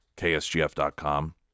KSGF.com